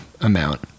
amount